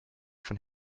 von